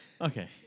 Okay